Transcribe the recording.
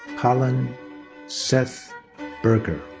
collin seth buerger.